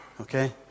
Okay